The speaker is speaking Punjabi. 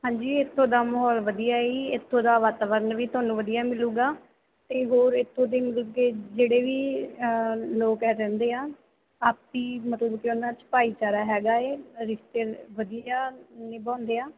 ਹਾਂਜੀ ਇੱਥੋਂ ਦਾ ਮਾਹੌਲ ਵਧੀਆ ਜੀ ਇੱਥੋਂ ਦਾ ਵਾਤਾਵਰਨ ਵੀ ਤੁਹਾਨੂੰ ਵਧੀਆ ਮਿਲੂਗਾ ਅਤੇ ਹੋਰ ਇੱਥੋਂ ਦੇ ਮਤਲਬ ਕਿ ਜਿਹੜੇ ਵੀ ਲੋਕ ਆ ਰਹਿੰਦੇ ਆ ਆਪ ਮਤਲਬ ਕਿ ਉਹਨਾਂ 'ਚ ਭਾਈਚਾਰਾ ਹੈਗਾ ਹੈ ਰਿਸ਼ਤੇ ਵਧੀਆ ਨਿਭਾਉਂਦੇ ਆ